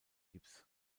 gips